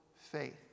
faith